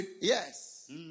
Yes